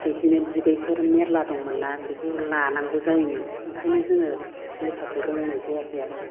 बिदिनो बिगैफोर मेरला दंमोनना बेखौ लानांगौ जायोमोन ओंखायनो जोङो लेखाखौ रोंनाय जायाखै आरो